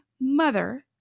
mother